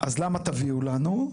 אז למה תביאו לנו.